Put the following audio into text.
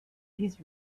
his